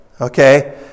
okay